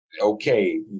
okay